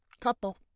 Couple